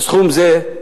לסכום זה,